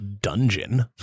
dungeon